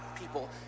people